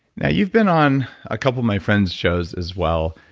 now you've been on a couple of my friend's shows as well.